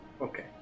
Okay